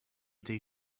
tej